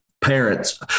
parents